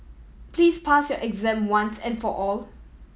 please pass your exam once and for all